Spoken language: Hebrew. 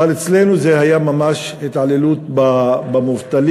אבל אצלנו זה היה ממש התעללות במובטלים.